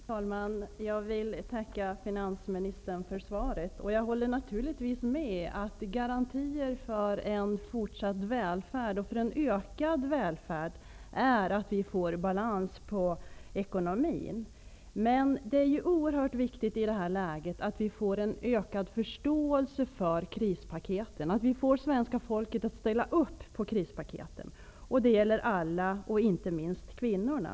Herr talman! Jag vill tacka finansministern för svaret. Jag håller naturligtvis med om att garantin för en fortsatt och ökad välfärd är att vi får balans på ekonomin. Det är emellertid i det här läget oerhört viktigt att vi får en ökad förståelse för krispaketen, att vi får svenska folket att ställa upp på krispaketen. Det gäller alla -- inte minst kvinnorna.